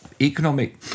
economic